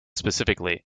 specifically